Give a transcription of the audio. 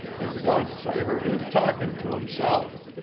and once i heard him talking to himself.